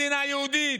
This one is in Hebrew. מדינה יהודית,